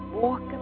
walk